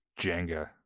Jenga